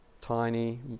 tiny